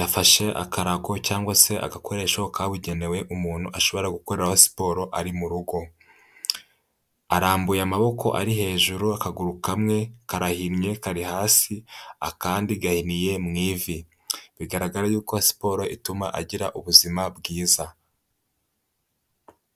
yafashe akarago cyangwa se agakoresho kabugenewe umuntu ashobora gukoreraho siporo ari mu rugo, arambuye amaboko ari hejuru, akaguru kamwe karahinnye kari hasi akandi gahiniye mu ivi, bigaragara yuko siporo ituma agira ubuzima bwiza.